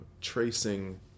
tracing